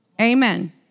Amen